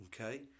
okay